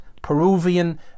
Peruvian